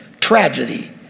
tragedy